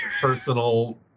personal